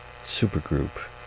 supergroup